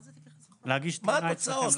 מה התוצאות?